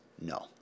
No